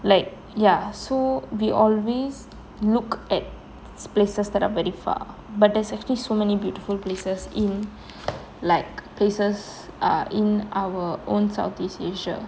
like ya so we always look at places that are very far but that's actually so many beautiful places in like places are in our own southeast asia